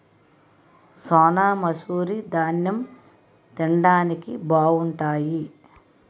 సోనామసూరి దాన్నెం తిండానికి బావుంటాయి